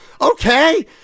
Okay